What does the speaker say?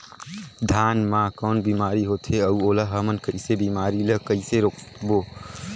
धान मा कौन बीमारी होथे अउ ओला हमन कइसे बीमारी ला कइसे रोकबो?